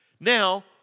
Now